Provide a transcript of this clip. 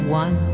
one